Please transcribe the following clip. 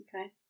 Okay